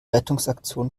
rettungsaktion